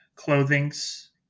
clothings